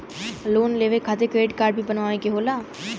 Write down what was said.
Loan लेवे खातिर credit काडे भी बनवावे के होला?